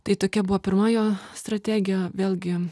tai tokia buvo pirma jo strategija vėlgi